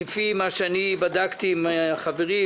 לפי מה שאני בדקתי עם חברים,